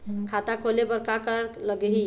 खाता खोले बर का का लगही?